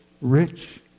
rich